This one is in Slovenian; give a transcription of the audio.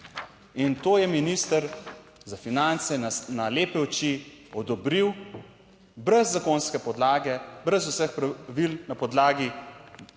In to je minister za finance na lepe oči odobril, brez zakonske podlage, brez vseh pravil, na podlagi